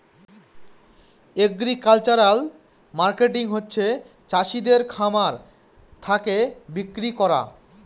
agricultural marketing হচ্ছে চাষিদের খামার থাকে বিক্রি করা